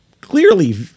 clearly